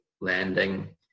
landing